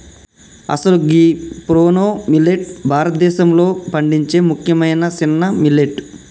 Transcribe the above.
అసలు గీ proso millet భారతదేశంలో పండించే ముఖ్యమైన సిన్న మిల్లెట్